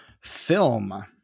film